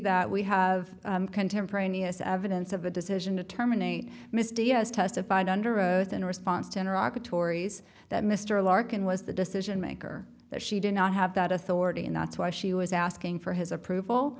that we have contemporaneous evidence of the decision to terminate misty has testified under oath in response to iraq tori's that mr larkin was the decision maker that she did not have that authority and that's why she was asking for his approval